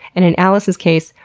and in allis's case,